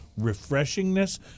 refreshingness